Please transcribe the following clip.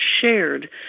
shared